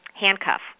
handcuff